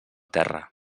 terra